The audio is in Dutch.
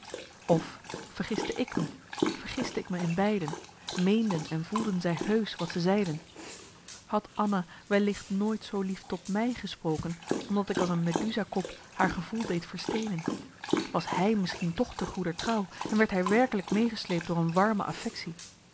of vergiste ik me vergiste ik me in beiden meenden en voelden zij heusch wat ze zeiden had anna wellicht nooit zoo lief tot mij gespromarcellus emants een nagelaten bekentenis ken omdat ik als een medusa kop haar gevoel deed versteenen was hij misschien toch te goeder trouw en werd hij werkelijk meegesleept door een warme